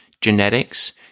genetics